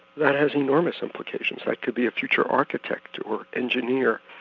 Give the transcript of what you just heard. that has enormous implications. that could be future architect, or engineer,